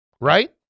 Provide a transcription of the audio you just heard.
Right